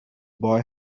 boy